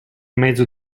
mezzo